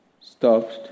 stopped